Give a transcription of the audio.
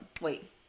wait